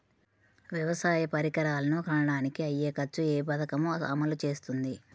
వ్యవసాయ పరికరాలను కొనడానికి అయ్యే ఖర్చు ఏ పదకము అమలు చేస్తుంది?